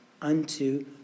unto